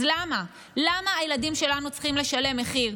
אז למה, למה הילדים שלנו צריכים לשלם מחיר?